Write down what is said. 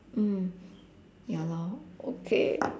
mm ya lor okay